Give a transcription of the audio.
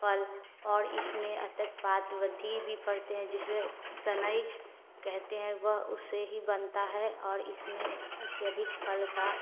फल और इसमें अत्यक पात्वधी भी पड़ते हैं जिसे सनई कहते हैं वह उसे ही बनता है और इसमें अत्यधिक फल का